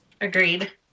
agreed